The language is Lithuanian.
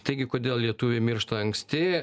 taigi kodėl lietuviai miršta anksti